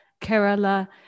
Kerala